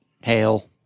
hail